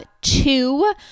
two